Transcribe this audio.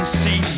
see